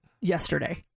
yesterday